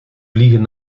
vliegen